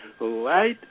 right